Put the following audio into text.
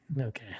Okay